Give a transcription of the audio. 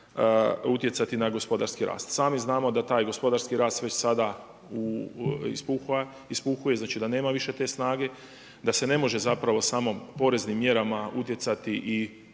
utjecati na gospodarski rasti. Sami znamo da taj gospodarski rast već sada ispuhuje, znači da nema više te snage, da se ne može zapravo samo poreznim mjerama utjecati i